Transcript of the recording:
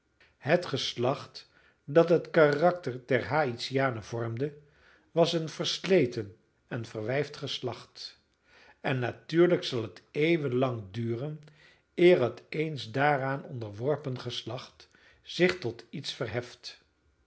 het geslacht dat het karakter der haïtianen vormde was een versleten en verwijfd geslacht en natuurlijk zal het eeuwen lang duren eer het eens daaraan onderworpen geslacht zich tot iets verheft